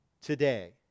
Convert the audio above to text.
today